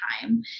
time